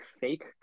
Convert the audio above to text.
fake